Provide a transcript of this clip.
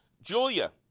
julia